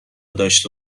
داشته